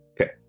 Okay